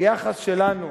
היחס שלנו